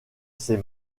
ses